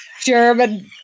German